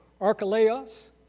Archelaus